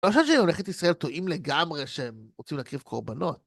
אני לא חושב שממלכת ישראל טועים לגמרי שהם רוצים להקריב קורבנות.